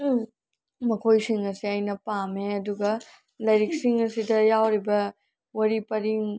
ꯃꯈꯣꯏꯁꯤꯡ ꯑꯁꯦ ꯑꯩꯅ ꯄꯥꯝꯃꯦ ꯑꯗꯨꯒ ꯂꯥꯏꯔꯤꯛꯁꯤꯡ ꯑꯁꯤꯗ ꯌꯥꯎꯔꯤꯕ ꯋꯥꯔꯤ ꯄꯔꯤꯡ